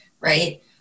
right